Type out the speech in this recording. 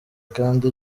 kandi